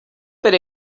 per